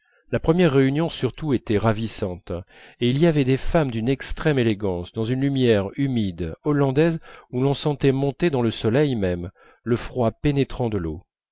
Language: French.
la première réunion surtout était ravissante et il y avait des femmes d'une extrême élégance dans une lumière humide hollandaise où l'on sentait monter dans le soleil même le froid pénétrant de l'eau